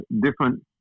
different